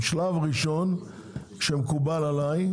שלב ראשון שמקובל עליי,